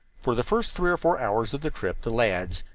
for the first three or four hours of the trip the lads,